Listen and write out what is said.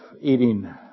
eating